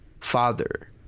Father